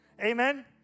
Amen